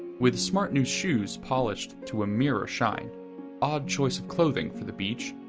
with smart new shoes polished to a mirror shine odd choice of clothing for the beach.